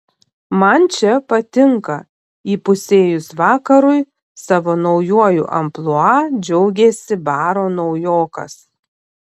man čia patinka įpusėjus vakarui savo naujuoju amplua džiaugėsi baro naujokas